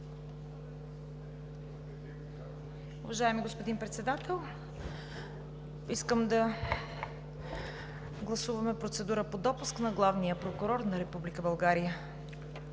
Уважаеми господин Председател, искам да гласуваме процедура по допуск на Главния прокурор на Република